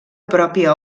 pròpia